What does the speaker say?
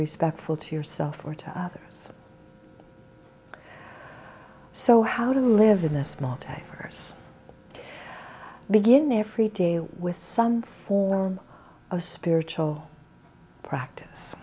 respectful to yourself or to others so how do you live in a small tankers begin every day with some form of spiritual practice